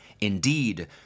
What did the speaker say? Indeed